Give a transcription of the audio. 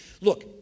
look